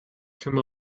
come